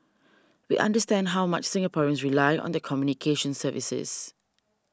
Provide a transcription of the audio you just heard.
we understand how much Singaporeans rely on their communications services